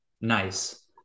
nice